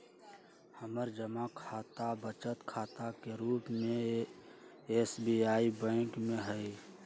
हमर जमा खता बचत खता के रूप में एस.बी.आई बैंक में हइ